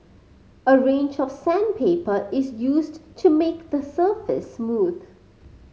a range of sandpaper is used to make the surface smooth